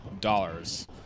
dollars